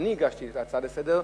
כשאני הגשתי את ההצעה לסדר-היום,